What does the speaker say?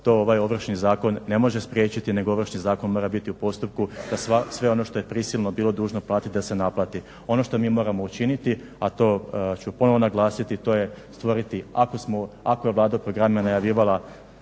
ovaj Ovršni zakon ne može spriječiti nego Ovršni zakon mora biti u postupku da sve ono što je prisilno bilo dužno platiti da se naplati. Ono što mi moramo učiniti, a to ću ponovo naglasiti to je stvoriti ako je Vlada programe najavljivala